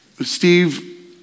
Steve